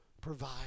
provide